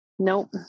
Nope